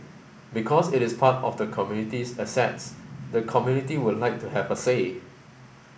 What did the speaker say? because it is part of the community's assets the community would like to have a say